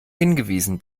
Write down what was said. hingewiesen